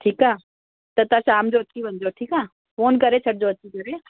ठीकु आहे त तव्हां शाम जो अची वञिजो ठीकु आहे फ़ोन करे छॾिजो अची करे